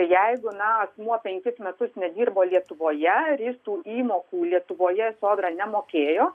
jeigu na asmuo penkis metus nedirbo lietuvoje ir jis tų įmokų lietuvoje į sodrą nemokėjo